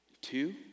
Two